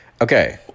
Okay